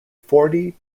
forty